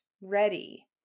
ready